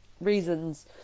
reasons